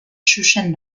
xuxen